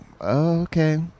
okay